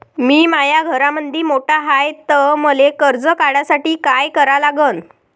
मी माया घरामंदी मोठा हाय त मले कर्ज काढासाठी काय करा लागन?